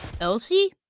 Elsie